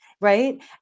right